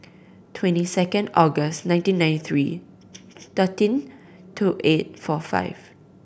twenty second August nineteen ninety three thirteen two eight four five